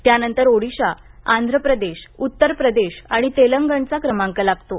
त्यानंतर ओडिशा आंधप्रदेश उतर प्रदेश आणि तेलंगणचा क्रमांक लागतो